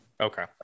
okay